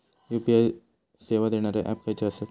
UPI सेवा देणारे app खयचे आसत?